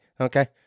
Okay